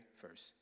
first